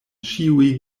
ĉiuj